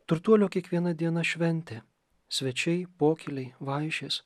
turtuolio kiekviena diena šventė svečiai pokyliai vaišės